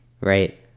Right